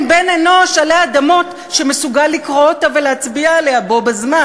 בן-אנוש עלי אדמות שמסוגל לקרוא אותה ולהצביע עליה בו בזמן.